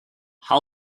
how